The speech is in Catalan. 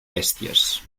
bèsties